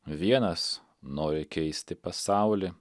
vienas nori keisti pasaulį